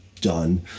done